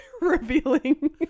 Revealing